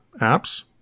apps